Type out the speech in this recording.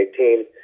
2018